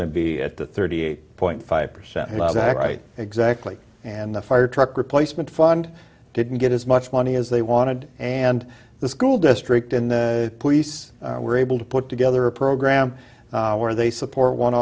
to be at the thirty eight point five percent back right exactly and the fire truck replacement fund didn't get as much money as they wanted and the school district in the police were able to put together a program where they support one